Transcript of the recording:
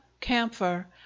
camphor